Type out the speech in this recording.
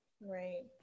Right